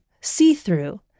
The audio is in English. see-through